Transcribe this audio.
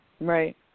Right